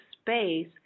space